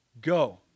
go